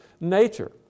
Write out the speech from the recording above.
nature